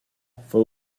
fue